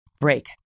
break